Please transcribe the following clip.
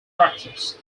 practice